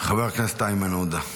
חבר הכנסת איימן עודה,